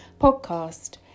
podcast